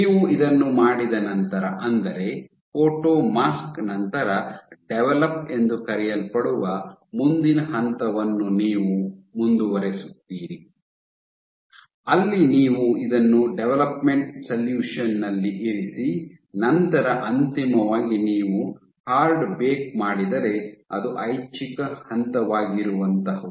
ನೀವು ಇದನ್ನು ಮಾಡಿದ ನಂತರ ಅಂದರೆ ಫೋಟೊಮಾಸ್ಕ್ ನಂತರ ಡೆವಲಪ್ ಎಂದು ಕರೆಯಲ್ಪಡುವ ಮುಂದಿನ ಹಂತವನ್ನು ನೀವು ಮುಂದುವರಿಸುತ್ತೀರಿ ಅಲ್ಲಿ ನೀವು ಇದನ್ನು ಡೆವಲಪ್ಮೆಂಟ್ ಸಲ್ಯೂಷನ್ ನಲ್ಲಿ ಇರಿಸಿ ನಂತರ ಅಂತಿಮವಾಗಿ ನೀವು ಹಾರ್ಡ್ ಬೇಕ್ ಮಾಡಿದರೆ ಅದು ಐಚ್ಚಿಕ ಹಂತವಾಗಿರುವಂಥಹುದು